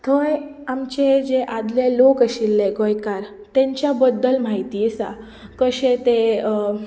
थंय आमचे जे आदले लोक आशिल्ले गोंयकार तेंच्या बद्दल म्हायती आसा तशें ते